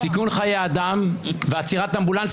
שיהיה בהצלחה כמובן.